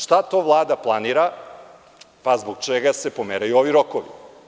Šta to Vlada planira zbog čega se pomeraju ovi rokovi?